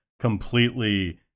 completely